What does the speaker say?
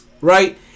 right